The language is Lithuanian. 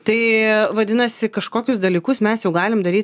tai vadinasi kažkokius dalykus mes jau galim daryt